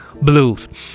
Blues